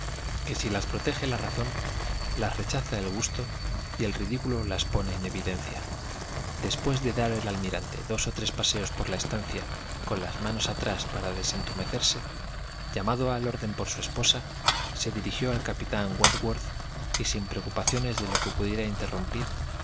que si las protege la razón las rechaza el gusto y el ridículo las pone en evidencia después de dar el almirante dos o tres paseos por la estancia con las manos atrás para desentumecerse llamado al orden por su esposa se dirigió al capitán wentworth y sin preocupaciones de lo que pudiera interrumpir